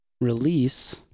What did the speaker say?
release